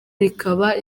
rikaba